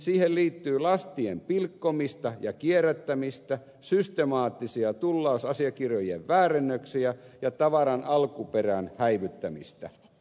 siihen liittyy lastien pilkkomista ja kierrättämistä systemaattisia tullausasiakirjojen väärennöksiä ja tavaran alkuperän häivyttämistä